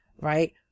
right